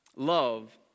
Love